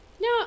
No